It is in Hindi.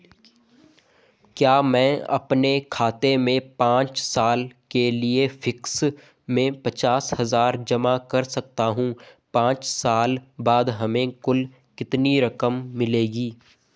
क्या मैं अपने खाते में पांच साल के लिए फिक्स में पचास हज़ार जमा कर सकता हूँ पांच साल बाद हमें कुल कितनी रकम मिलेगी?